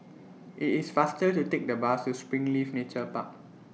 IT IS faster to Take The Bus to Springleaf Nature Park